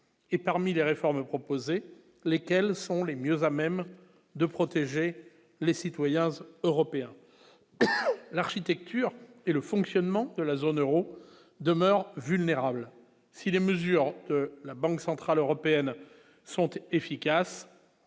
et parmi les réformes proposées, lesquels sont les mieux à même de protéger les citoyens européens, l'architecture et le fonctionnement de la zone Euro demeurent vulnérables si les mesures, la Banque centrale européenne sont et efficace,